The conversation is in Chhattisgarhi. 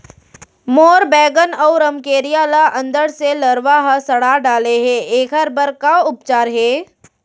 मोर बैगन अऊ रमकेरिया ल अंदर से लरवा ह सड़ा डाले हे, एखर बर का उपचार हे?